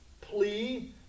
plea